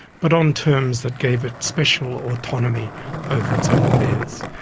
but on terms that gave it special autonomy over its own affairs.